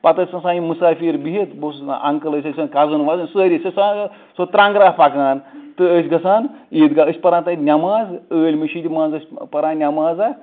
پتہٕ ٲسۍ آسان یِم مُسافِر بِہِتھ بہٕ اوسُس آسان اَنکٕل أسۍ ٲسۍ آسان کَزٕن وَزٕن سٲری ٲسۍ آسان سُہ ترٛنگرا پَکان تہٕ ٲسۍ گَژھان عیٖدگاہ ٲسۍ پَران تتہِ نیماز عٲلۍ مٔشیٖدِ منٛز ٲسۍ پَران نیمازَا